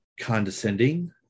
condescending